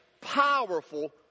powerful